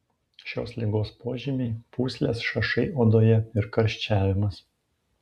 šios ligos požymiai pūslės šašai odoje ir karščiavimas